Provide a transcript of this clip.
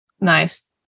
Nice